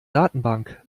datenbank